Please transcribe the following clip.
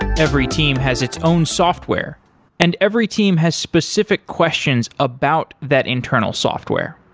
every team has its own software and every team has specific questions about that internal software.